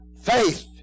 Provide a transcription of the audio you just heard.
faith